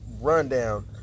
Rundown